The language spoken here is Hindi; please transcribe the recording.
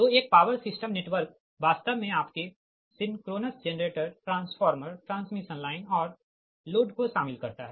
तो एक पावर सिस्टम नेटवर्क वास्तव मे आपके synchronous generator transformer transmission line और लोड को शामिल करता है